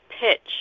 pitch